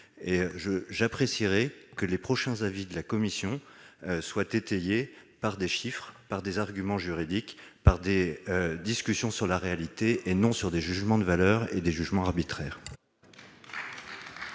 J'apprécierais que les prochains avis de la commission soient étayés par des chiffres, des arguments juridiques, des discussions sur la réalité et non sur des jugements de valeur arbitraires.